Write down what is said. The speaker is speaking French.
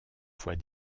fois